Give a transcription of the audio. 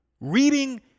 reading